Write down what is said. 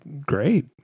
great